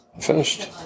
Finished